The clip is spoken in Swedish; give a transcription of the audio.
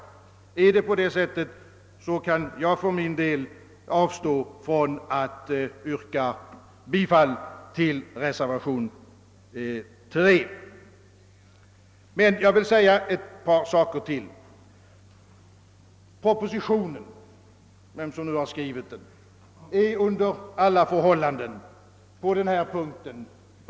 Är det på det sättet kan jag för min del avstå från att yrka bifall till reservation 3. Men jag vill säga ytterligare ett par saker. Propositionen, vem som nu har skrivit den, är under alla förhållanden oklar på den punkten.